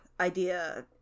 idea